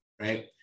right